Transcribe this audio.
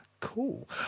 cool